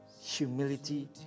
humility